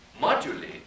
modulate